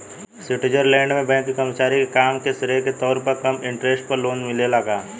Switzerland में bank के कर्मचारी के काम के श्रेय के तौर पर कम इंटरेस्ट पर लोन मिलेला का?